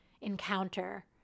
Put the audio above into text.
encounter